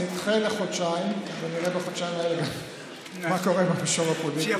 אז נדחה בחודשיים ונראה בחודשיים האלה מה קורה במישור הפוליטי.